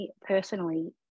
personally